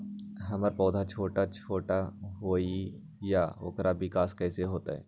हमर पौधा छोटा छोटा होईया ओकर विकास कईसे होतई?